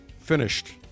finished